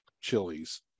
chilies